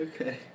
Okay